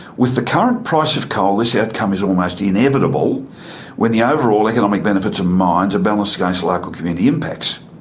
with the current price of coal this outcome is almost inevitable when the overall economic benefits of mines are balanced against the local community impacts.